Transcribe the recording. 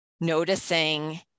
noticing